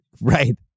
Right